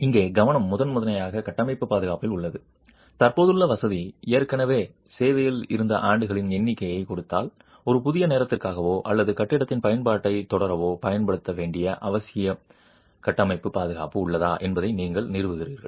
இங்கே கவனம் முதன்மையாக கட்டமைப்பு பாதுகாப்பில் உள்ளது தற்போதுள்ள வசதி ஏற்கனவே சேவையில் இருந்த ஆண்டுகளின் எண்ணிக்கையைக் கொடுத்தால் ஒரு புதிய நோக்கத்திற்காகவோ அல்லது கட்டிடத்தின் பயன்பாட்டைத் தொடரவோ பயன்படுத்த வேண்டிய அத்தியாவசிய கட்டமைப்பு பாதுகாப்பு உள்ளதா என்பதை நீங்கள் நிறுவுகிறீர்கள்